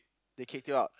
they kick you out